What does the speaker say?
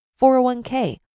401k